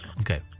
Okay